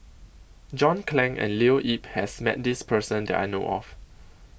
John Clang and Leo Yip has Met This Person that I know of